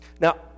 Now